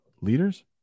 leaders